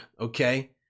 okay